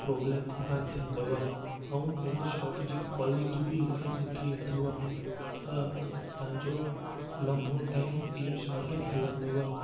problem कोन थींदव ऐं इन शर्ट जी क्वालिटी बि इलाही सुठी अथव त तव्हांजो लंबो टाइम इहा शर्ट हलंदव